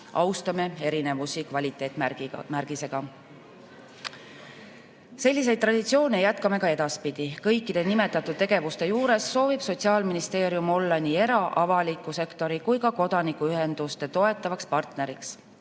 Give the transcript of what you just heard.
Austame erinevusi kvaliteetmärgisega. Selliseid traditsioone jätkame ka edaspidi. Kõikide nimetatud tegevuste juures soovib Sotsiaalministeerium olla nii era- ja avaliku sektori kui ka kodanikuühenduste toetavaks partneriks.